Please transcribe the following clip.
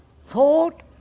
thought